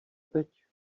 teď